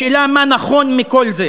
השאלה מה נכון מכל זה.